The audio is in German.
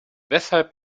weshalb